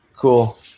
cool